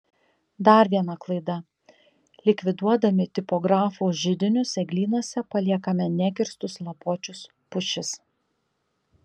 dar viena klaida likviduodami tipografų židinius eglynuose paliekame nekirstus lapuočius pušis